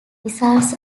results